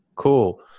Cool